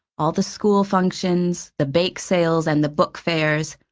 all the school functions, the bake sales and the book fairs.